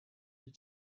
had